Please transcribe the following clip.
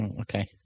okay